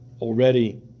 already